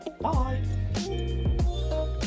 bye